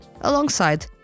alongside